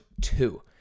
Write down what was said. two